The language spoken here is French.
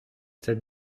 tête